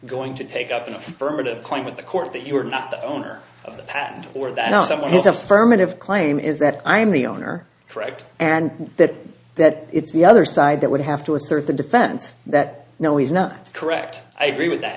going to take up an affirmative claim with the court that you are not the owner of the patent or that someone who is affirmative claim is that i am the owner correct and that that it's the other side that would have to assert the defense that no he's not correct i agree with that